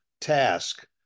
task